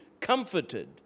comforted